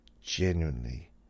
genuinely